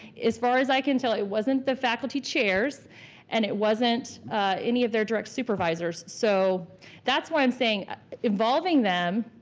as far as i can tell, it wasn't the faculty chairs and it wasn't any of their direct supervisors. so that's why i'm saying involving them,